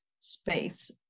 space